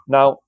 Now